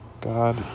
God